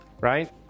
right